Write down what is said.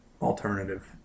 alternative